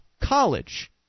college